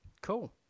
Cool